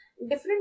different